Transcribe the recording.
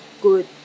good